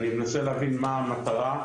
אני מנסה להבין מה המטרה,